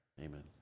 Amen